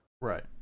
Right